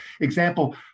example